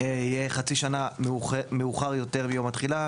יהיה חצי שנה מאוחר יותר מיום התחילה,